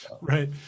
Right